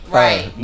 right